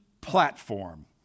platform